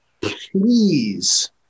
Please